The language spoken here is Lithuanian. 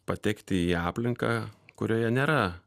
patekti į aplinką kurioje nėra